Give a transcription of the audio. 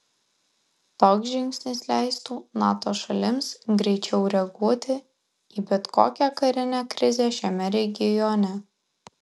toks žingsnis leistų nato šalims greičiau reaguoti į bet kokią karinę krizę šiame regione